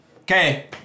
Okay